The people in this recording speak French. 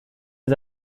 les